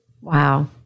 Wow